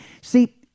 see